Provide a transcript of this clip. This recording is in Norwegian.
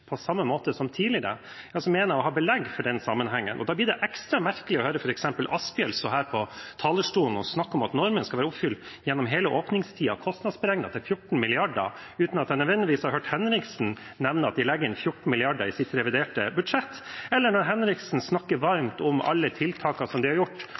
på samme måte som tidligere, mener jeg å ha belegg for den sammenhengen. Da blir det ekstra merkelig å høre f.eks. Asphjell stå her på talerstolen og snakke om at normen skal være oppfylt gjennom hele åpningstiden, kostnadsberegnet til 14 mrd. kr, uten at jeg har hørt Henriksen nevne at de legger inn 14 mrd. kr i sitt reviderte budsjett. Eller når Henriksen snakker varmt om alle tiltakene de har gjort